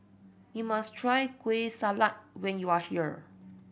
you must try Kueh Salat when you are here